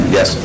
Yes